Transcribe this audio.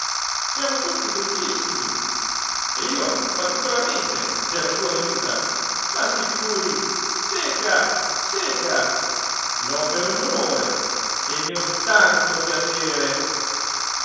siamo tutti felicissimi e io particolarmente della sua venuta ma si figuri segga segga lho per un onore e ne ho tanto piacere